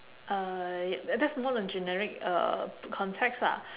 uh ya that's more on generic uh context ah